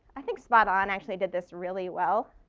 i think spot on actually did this really well.